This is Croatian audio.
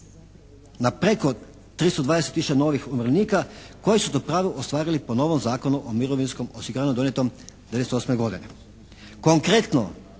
na preko 320 tisuća novih umirovljenika koji su to pravo ostvarili po novom Zakonu o mirovinskom osiguranju donijetom 98. godine.